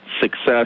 success